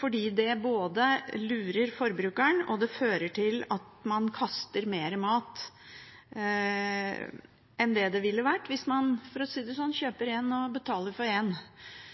fordi det lurer forbrukeren, og fordi det fører til at man kaster mer mat enn man ville gjort om man kjøpte én og betalte for én – man burde kjøpe det man trenger og